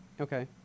Okay